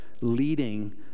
leading